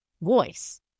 voice